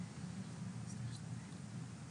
09:13)